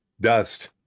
dust